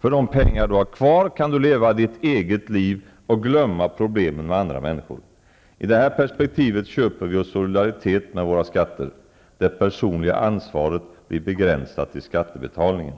För de pengar du har kvar kan du leva ditt eget liv och glömma problemen med andra människor. I det här perspektivet köper vi oss solidaritet med våra skatter. Det personliga ansvaret blir begränsat till skattebetalningen.